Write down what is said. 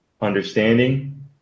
understanding